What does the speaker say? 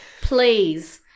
please